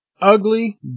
Ugly